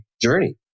journey